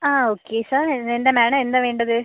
ആ okay sir എന്തിന് ആണ് എന്താ വേണ്ടത്